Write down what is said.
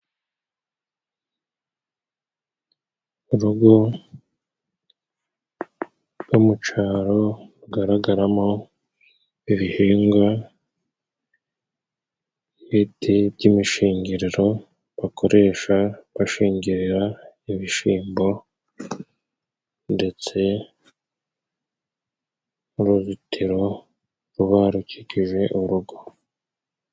Urugo rwo mu caro rugaragaramo ibihingwa, ibiti by'imishingiriro bakoresha bashingirira ibishimbo ndetse n'uruzitiro ruba rukikije urugo.